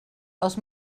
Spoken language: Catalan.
els